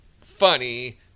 funny